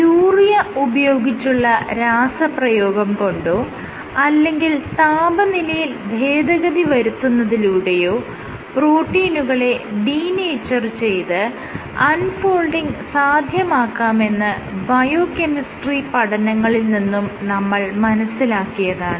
urea ഉപയോഗിച്ചുള്ള രാസപ്രയോഗം കൊണ്ടോ അല്ലെങ്കിൽ താപനിലയിൽ ഭേദഗതി വരുത്തുന്നതിലൂടെയോ പ്രോട്ടീനുകളെ ഡീനേച്ചർ ചെയ്ത് അൺ ഫോൾഡിങ് സാധ്യമാക്കാമെന്ന് ബയോകെമിസ്ട്രി പഠനങ്ങളിൽ നിന്നും നമ്മൾ മനസ്സിലാക്കിയതാണ്